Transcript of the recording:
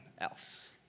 else